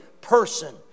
person